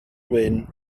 wyn